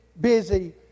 busy